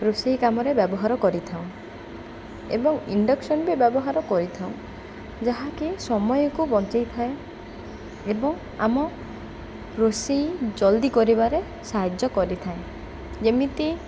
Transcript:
ରୋଷେଇ କାମରେ ବ୍ୟବହାର କରିଥାଉଁ ଏବଂ ଇଣ୍ଡକ୍ସନ୍ ବି ବ୍ୟବହାର କରିଥାଉ ଯାହାକି ସମୟକୁ ବଞ୍ଚାଇ ଥାଏ ଏବଂ ଆମ ରୋଷେଇ ଜଲ୍ଦି କରିବାରେ ସାହାଯ୍ୟ କରିଥାଏ ଯେମିତି